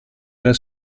era